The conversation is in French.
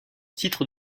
titre